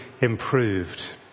improved